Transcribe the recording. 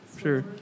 Sure